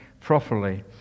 properly